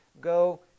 go